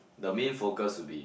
the main focus would be